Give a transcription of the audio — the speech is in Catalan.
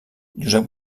josep